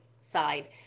side